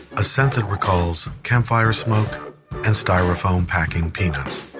a scent that recalls campfire smoke and styrofoam packing peanuts.